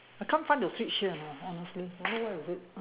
I can't find the switch here honestly don't know where is it